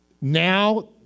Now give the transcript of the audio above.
now